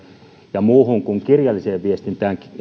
ja muuhun kuin kirjalliseen viestintään